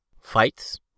fights